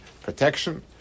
protection